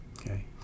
okay